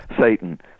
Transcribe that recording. Satan